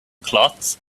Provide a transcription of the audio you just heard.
cloths